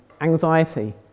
anxiety